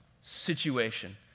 Situation